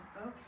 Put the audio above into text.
okay